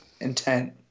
intent